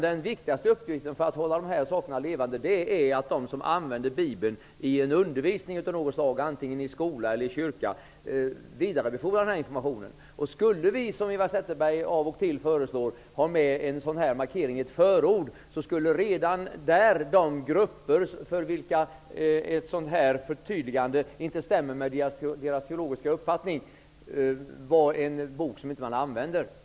Den viktigaste uppgiften för att hålla de här sakerna levande är att de som använder Bibeln i undervisning av något slag, antingen i skola eller i kyrka, vidarebefordrar informationen. Skulle vi, som Eva Zetterberg av och till föreslår, ha med en markering i ett förord så skulle det avskräcka de grupper för vilka ett sådant här förtydligande inte stämmer med deras teologiska uppfattning. Bibeln skulle bli en bok som man inte skulle använda.